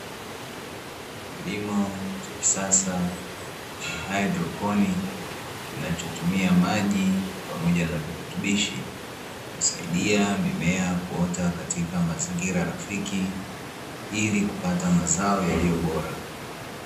Kilimo cha kisasa cha haidroponi kinachotumia maji pamoja na virutubisho, kusaidia mimea kuota katika mazingira rafiki, ili kupata mazao yaliyo bora.